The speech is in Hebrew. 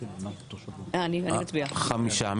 חמישה.